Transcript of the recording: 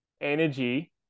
energy